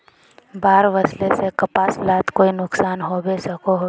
बाढ़ वस्ले से कपास लात कोई नुकसान होबे सकोहो होबे?